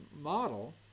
model